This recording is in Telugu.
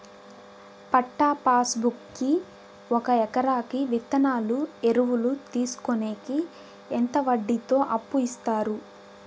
పట్టా పాస్ బుక్ కి ఒక ఎకరాకి విత్తనాలు, ఎరువులు తీసుకొనేకి ఎంత వడ్డీతో అప్పు ఇస్తారు?